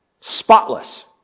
Spotless